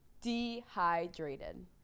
dehydrated